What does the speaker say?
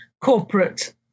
corporate